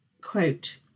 Quote